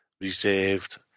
reserved